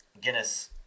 Guinness